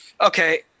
Okay